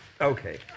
Okay